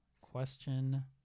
Question